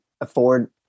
afford